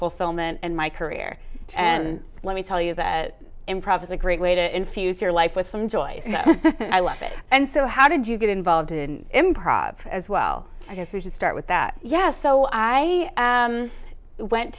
fulfillment in my career and let me tell you that improv is a great way to infuse your life with some joy and i love it and so how did you get involved in improv as well i guess we should start with that yes so i went